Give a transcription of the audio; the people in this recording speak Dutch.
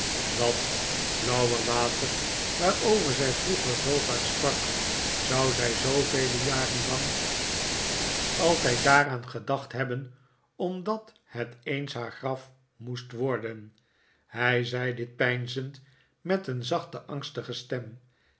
dat blauwe water waarover zij vroeg'er zoo vaak sprak zou zij zooveel jaren lang altijd daaraan gedacht hebben omdat het eens haar graf moest worden hij zei dit peinzend met een zachte angstige stem